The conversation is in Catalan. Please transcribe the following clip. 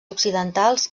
occidentals